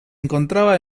encontraba